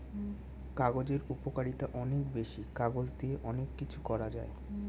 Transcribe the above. কাগজের উপকারিতা অনেক বেশি, কাগজ দিয়ে অনেক কিছু করা যায়